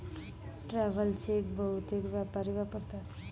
travel cheque बहुतेक व्यापारी वापरतात